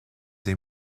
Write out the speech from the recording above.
they